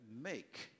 make